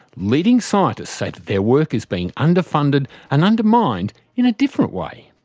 leading scientists say that their work is being underfunded and undermined in a different way.